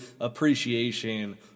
appreciation